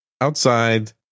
outside